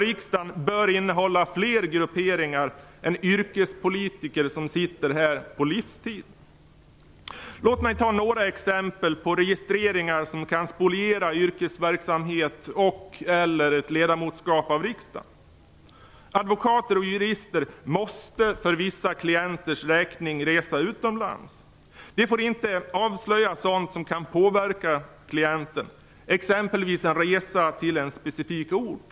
Riksdagen bör innehålla fler grupperingar än yrkespolitiker som sitter här på livstid. Låt mig ta några exempel på registreringar som kan spoliera yrkesverksamhet och/eller ett ledamotskap i riksdagen. Advokater och jurister måste för vissa klienters räkning resa utomlands. De får inte avslöja sådant som kan påverka klienten, exempelvis en resa till en specifik ort.